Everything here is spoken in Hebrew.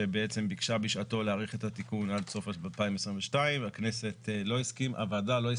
שביקשה בשעתו להאריך את התיקון עד סוף 2022 והוועדה לא הסכימה